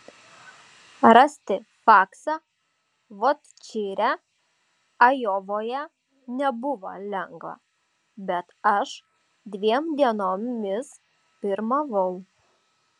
rasti faksą vot čire ajovoje nebuvo lengva bet aš dviem dienomis pirmavau